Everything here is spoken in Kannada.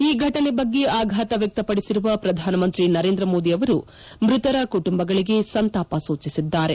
ಈ ಘಟನೆ ಬಗ್ಗೆ ಅಘಾತ ವ್ಯಕ್ತಪಡಿಸಿರುವ ಪ್ರಧಾನ ಮಂತ್ರಿ ನರೇಂದ್ರ ಮೋದಿ ಅವರು ಮೃತರ ಕುಟುಂಬಗಳಿಗೆ ಸಂತಾಪ ಸೂಚಿಸಿದ್ದಾರೆ